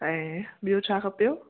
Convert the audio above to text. ऐं ॿियो छा खपेव